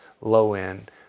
low-end